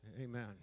Amen